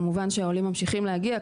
כמובן שהעולים ממשיכים להגיע,